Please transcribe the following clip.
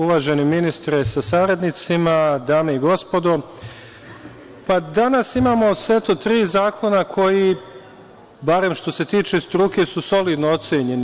Uvaženi ministre sa saradnicima, dame i gospodo, danas imamo set od tri zakona koji, barem što se tiče struke, su solidno ocenjeni.